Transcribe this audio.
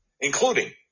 including